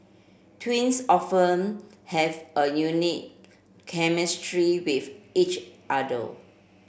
twins often have a unique chemistry with each other